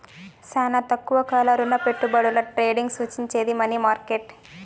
శానా తక్కువ కాల రుణపెట్టుబడుల ట్రేడింగ్ సూచించేది మనీ మార్కెట్